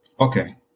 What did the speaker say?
okay